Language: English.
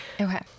Okay